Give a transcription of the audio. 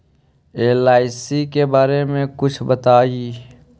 LIC के बारे मे कुछ बताई?